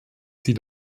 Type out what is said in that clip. sie